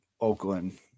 Oakland